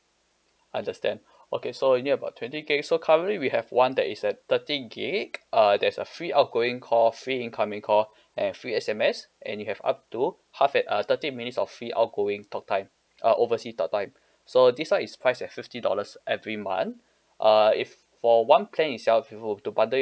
understand okay so you need about twenty gigabyte so currently we have one that is at thirty gigabyte uh there's a free outgoing call free incoming call and free S_M_S and you have up to half at uh thirty minutes of free outgoing talk time uh overseas talk time so this one is priced at fifty dollars every month uh if for one plan itself if you were to bundle it